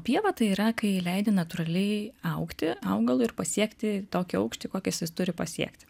pieva tai yra kai leidi natūraliai augti augalui ir pasiekti tokį aukštį kokį jis jis turi pasiekti